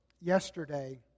yesterday